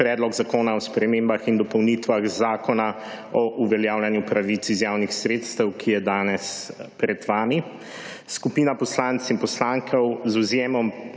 predlog zakona o spremembah in dopolnitvah zakona o uveljavljanju pravic iz javnih sredstev, ki je danes pred vami. Skupina poslank in poslancev z odvzemom